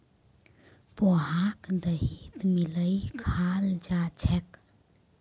पोहाक दहीत मिलइ खाल जा छेक